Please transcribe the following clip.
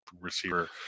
receiver